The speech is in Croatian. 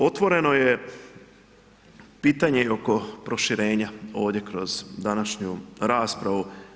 Otvoreno je pitanje i oko proširenje ovdje kroz današnju raspravu.